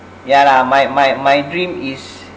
yeah lah my my my dream is